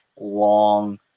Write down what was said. long